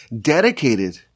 dedicated